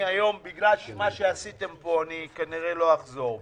היום בגלל מה שעשיתם פה אני כנראה לא אחזור בי.